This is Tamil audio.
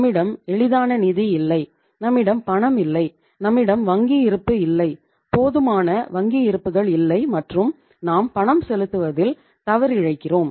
நம்மிடம் எளிதான நிதி இல்லை நம்மிடம் பணம் இல்லை நம்மிடம் வங்கி இருப்பு இல்லை போதுமான வங்கி இருப்புகள் இல்லை மற்றும் நாம் பணம் செலுத்துவதில் தவறிழைக்கிறோம்